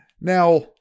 Now